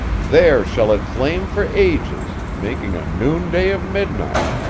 there shall it flame for ages, making a noonday of midnight,